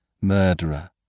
Murderer